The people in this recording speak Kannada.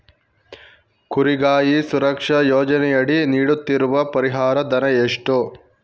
ಕುರಿಗಾಹಿ ಸುರಕ್ಷಾ ಯೋಜನೆಯಡಿ ನೀಡುತ್ತಿರುವ ಪರಿಹಾರ ಧನ ಎಷ್ಟು?